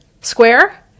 square